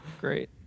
great